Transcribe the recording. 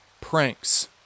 pranks